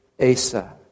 Asa